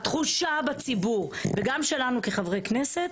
התחושה בציבור וגם שלנו כחברי כנסת,